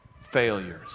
failures